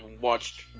watched